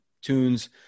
tunes